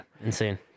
Insane